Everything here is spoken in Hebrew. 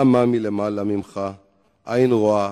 אני מתכוון לממש את הבטחתו של ראש ממשלת ישראל אריאל